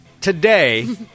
today